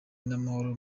n’amahoro